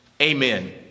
Amen